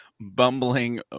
bumbling